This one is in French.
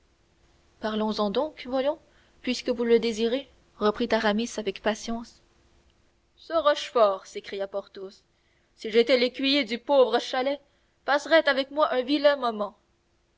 parlons-en donc voyons puisque vous le désirez reprit aramis avec patience ce rochefort s'écria porthos si j'étais l'écuyer du pauvre chalais passerait avec moi un vilain